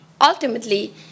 ultimately